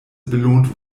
belohnt